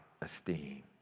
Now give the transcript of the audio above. esteem